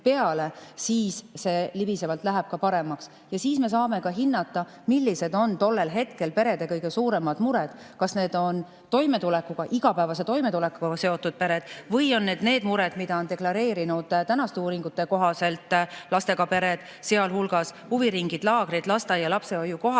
siis see libisevalt läheb ka paremaks. Ja siis me saame hinnata, millised on tollel hetkel perede kõige suuremad mured: kas need on igapäevase toimetulekuga seotud mured või on need mured, mida on deklareerinud tänaste uuringute kohaselt lastega pered, sealhulgas huviringid, laagrid, lasteaia ja lapsehoiu kohatasud,